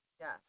Yes